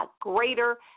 greater